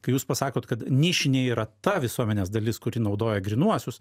kai jūs pasakot kad nišinė yra ta visuomenės dalis kuri naudoja grynuosius